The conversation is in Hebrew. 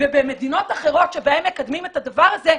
ובמדינות אחרות שבהן מקדמים את הדבר הזה,